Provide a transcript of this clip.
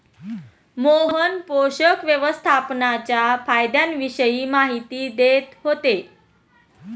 मोहन पोषक व्यवस्थापनाच्या फायद्यांविषयी माहिती देत होते